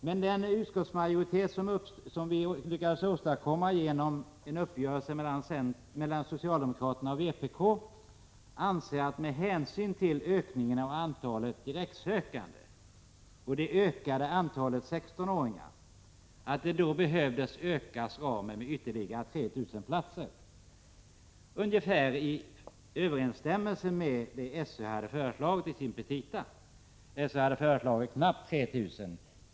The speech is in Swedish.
Men den utskottsmajoritet som vi lyckades åstadkomma genom en uppgörelse mellan socialdemokraterna och vpk anser att ramen med hänsyn till ökningen av antalet direktsökande och det ökade antalet 16-åringar behöver ökas med ytterligare 3 000 platser. Det är ungefär i överensstämmelse med det som SÖ har föreslagit i sin petita. SÖ har föreslagit knappt 3 000.